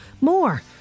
More